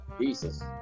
Jesus